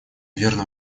верно